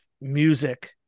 music